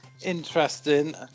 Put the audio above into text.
interesting